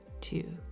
two